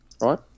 right